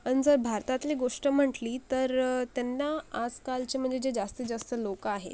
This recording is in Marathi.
आणि जर भारतातले गोष्ट म्हटली तर त्यांना आजकालचे म्हणजे जास्तीत जास्त लोक आहेत